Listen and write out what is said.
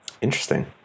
Interesting